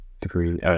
degree